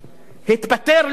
התפטר לא אחת,